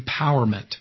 empowerment